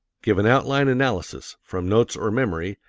give an outline analysis, from notes or memory,